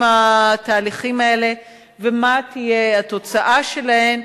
התהליכים האלה ומה תהיה התוצאה שלהם.